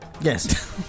Yes